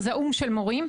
זעומה של מורים.